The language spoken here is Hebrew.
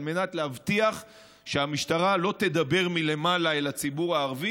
על מנת להבטיח שהמשטרה לא תדבר מלמעלה אל הציבור הערבי